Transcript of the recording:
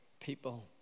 people